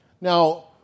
Now